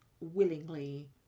willingly